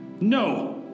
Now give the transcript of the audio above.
No